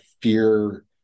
fear